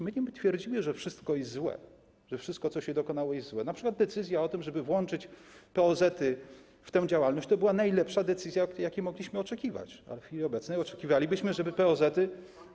My nie twierdzimy, że wszystko jest złe, że wszystko, co się dokonało, jest złe, np. decyzja o tym, żeby włączyć POZ-y w tę działalność, to była najlepsza decyzja, jakiej mogliśmy oczekiwać, a w chwili obecnej oczekiwalibyśmy, żeby POZ-y.